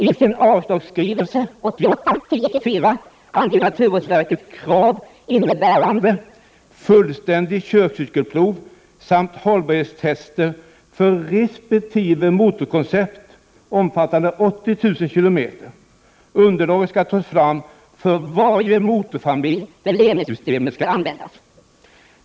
I sin avslagsskrivelse, av den 24 oktober 1988, anger naturvårdsverket krav innebärande fullständigt körcykelprov samt hållbarhetstester omfattande 80 000 km för resp. motorkoncept. Underlaget skall tas fram för varje motorfamilj där Lemi-systemet skall användas.